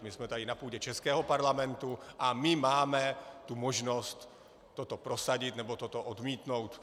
My jsme tady na půdě českého parlamentu a my máme tu možnost toto prosadit, nebo toto odmítnout.